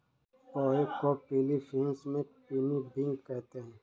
पोहे को फ़िलीपीन्स में पिनीपिग कहते हैं